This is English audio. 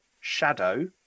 shadow